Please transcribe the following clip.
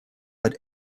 but